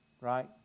right